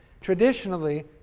Traditionally